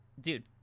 Dude